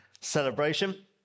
celebration